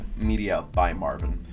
MediaByMarvin